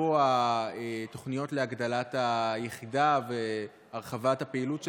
אפרופו התוכניות להגדלת היחידה והרחבת הפעילות שלה,